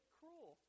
cruel